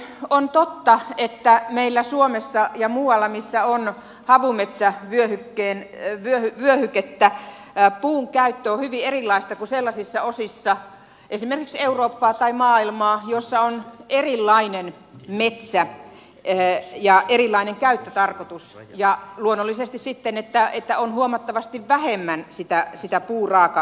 on totta että meillä suomessa ja muualla missä on havumetsävyöhykettä puun käyttö on hyvin erilaista kuin sellaisissa osissa esimerkiksi eurooppaa tai maailmaa missä on erilainen metsä ja erilainen käyttötarkoitus ja luonnollisesti sitten huomattavasti vähemmän sitä puuraaka ainetta